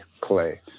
clay